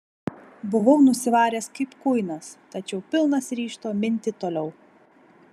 buvau nusivaręs kaip kuinas tačiau pilnas ryžto minti toliau